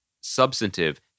substantive